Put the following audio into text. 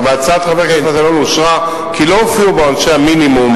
אבל הצעת חבר הכנסת מטלון אושרה כי לא הופיעו בה עונשי המינימום,